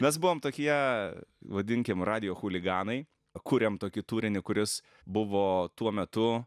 mes buvom tokie vadinkim radijo chuliganai kūrėm tokį turinį kuris buvo tuo metu